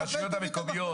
נכון, הוא צודק.